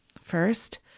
First